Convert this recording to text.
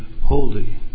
holy